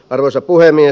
arvoisa puhemies